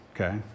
okay